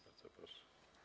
Bardzo proszę.